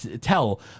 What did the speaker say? tell